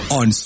on